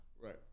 Right